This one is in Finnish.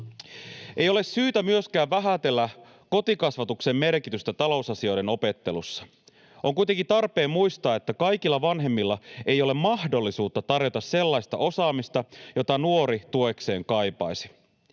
Ei ole syytä myöskään vähätellä kotikasvatuksen merkitystä talousasioiden opettelussa. On kuitenkin tarpeen muistaa, että kaikilla vanhemmilla ei ole mahdollisuutta tarjota sellaista osaamista, jota nuori tuekseen kaipaisi.